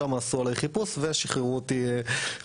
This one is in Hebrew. שם עשו עליי חיפוש ושחררו אותי בחזרה,